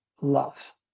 love